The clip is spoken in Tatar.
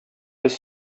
без